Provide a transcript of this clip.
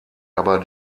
aber